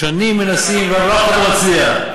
שנים מנסים ורק אתה מצליח,